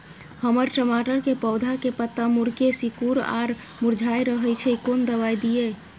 हमर टमाटर के पौधा के पत्ता मुड़के सिकुर आर मुरझाय रहै छै, कोन दबाय दिये?